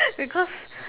because